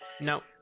No